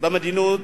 במדיניות